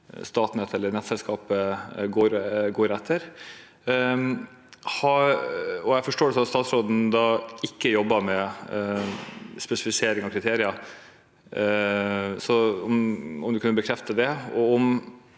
Statnett eller nettselskapet går etter. Jeg forstår da at statsråden ikke jobber med spesifisering av kriteriene.